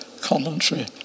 commentary